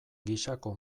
gisako